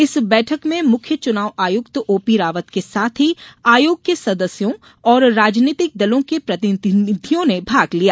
इस बैठक में मुख्यचुनाव आयुक्त ओपीरावत के साथ ही आयोग के सदस्यों और राजनीतिक दलों के प्रतिनिधियों ने भाग लिया